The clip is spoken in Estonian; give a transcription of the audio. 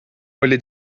oli